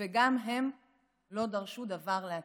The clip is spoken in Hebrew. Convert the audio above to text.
וגם הם לא דרשו דבר לעצמם.